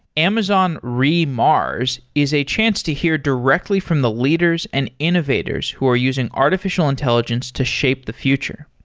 amazon re mars is a chance to hear directly from the leaders and innovators, who are using artificial intelligence to shape the future.